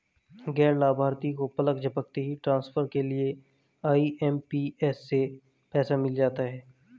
गैर लाभार्थी को पलक झपकते ही ट्रांसफर के लिए आई.एम.पी.एस से पैसा मिल जाता है